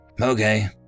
Okay